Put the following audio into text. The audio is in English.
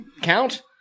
count